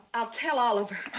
i'll tell oliver.